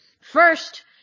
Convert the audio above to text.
First